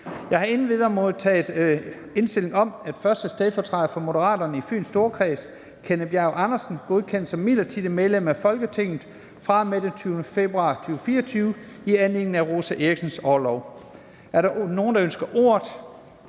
Jeg har endvidere modtaget indstilling om, at 1. stedfortræder for Moderaterne i Fyns Storkreds, Kenneth Bjerg Andersen, godkendes som midlertidigt medlem af Folketinget fra og med den 20. februar 2024 i anledning af Rosa Eriksens orlov. Er der nogen, der ønsker ordet?